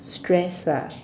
stress bah